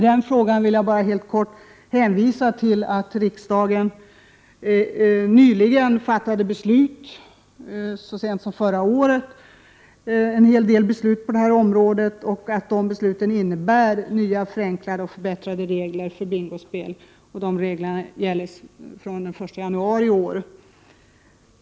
Där vill jag helt kort påpeka att riksdagen nyligen, så sent som förra året, fattade flera beslut på området. De besluten innebär nya förenklade och förbättrade regler för bingospel. De reglerna gäller från den 1 januari i år.